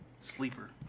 Sleeper